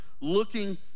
looking